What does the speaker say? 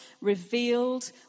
revealed